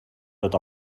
tot